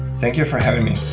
thank you for having me.